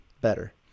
better